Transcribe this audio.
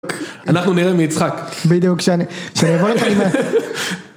אנחנו נראה מי יצחק בדיוק שאני.